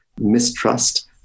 mistrust